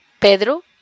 Pedro